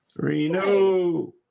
Reno